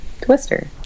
twister